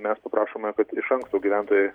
mes paprašome kad iš anksto gyventojai